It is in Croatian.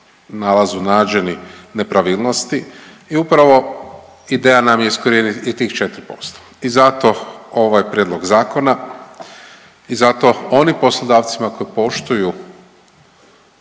nalazu nađeni nepravilnosti, i upravo ideja nam je iskorijeniti i tih 4% i zato ovaj Prijedlog zakona i zato oni poslodavcima koji poštuju